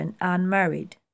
unmarried